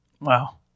Wow